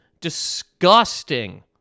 disgusting